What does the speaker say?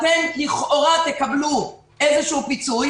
אתם לכאורה תקבלו איזשהו פיצוי.